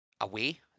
away